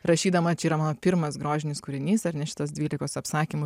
rašydama čia yra mano pirmas grožinis kūrinys ar ne šitas dvylikos apsakymų